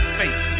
face